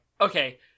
Okay